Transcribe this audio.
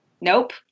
nope